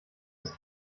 ist